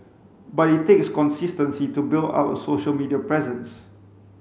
but it takes consistency to build up a social media presence